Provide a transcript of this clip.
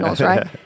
right